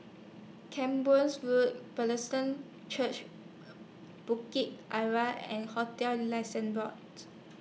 Camborne Road Bethesda Church Bukit Arang and hotels Licensing Board